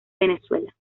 venezuela